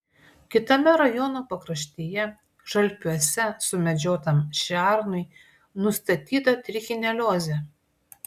kitame rajono pakraštyje žalpiuose sumedžiotam šernui nustatyta trichineliozė